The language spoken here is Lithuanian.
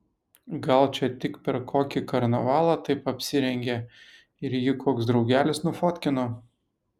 gal čia tik per kokį karnavalą taip apsirengė ir jį koks draugelis nufotkino